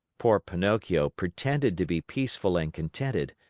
poor pinocchio pretended to be peaceful and contented,